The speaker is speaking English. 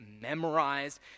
memorized